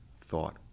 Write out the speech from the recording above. thought